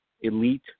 elite